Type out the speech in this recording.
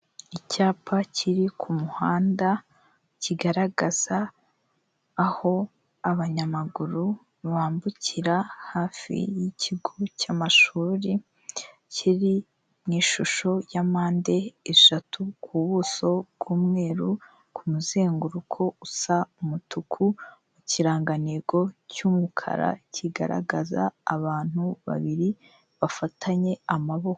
Icyapa kiri ku muhanda kigaragaza aho abanyamaguru bambukira hafi y'ikigo cy'amashuri kiri mu ishusho ya mpande eshatu, ku buso bw'umweru, ku muzenguruko usa umutuku, ku kirangantego cy'umukara kigaragaza abantu babiri bafatanye amaboko.